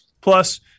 Plus